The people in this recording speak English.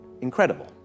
incredible